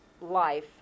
life